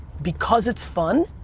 because it's fun,